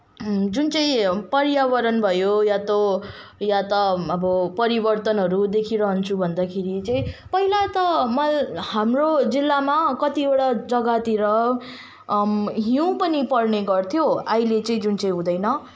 जुन चाहिँ पर्यावरण भयो या त या त अब परिवर्तनहरू देखिरहन्छु भन्दाखेरि चाहिँ पहिला त मलाई हाम्रो जिल्लामा कतिवटा जग्गातिर हिउँ पनि पर्ने गर्थ्यो अहिले चाहिँ जुन चाहिँ हुँदैन